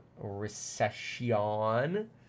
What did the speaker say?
recession